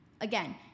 Again